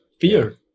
fear